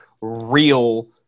real